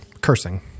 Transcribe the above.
cursing